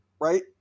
right